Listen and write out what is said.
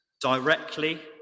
directly